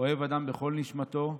אוהב אדם בכל נשמתו,